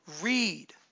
Read